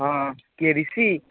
ହଁ କିଏ ରିସି